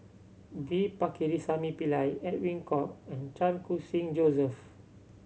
V Pakirisamy Pillai Edwin Koek and Chan Khun Sing Joseph